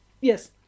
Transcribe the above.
Yes